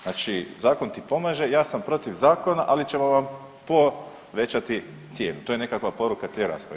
Znači zakon ti pomaže, ja sam protiv zakona, ali ćemo vam povećati cijenu to je nekakva poruka te rasprave.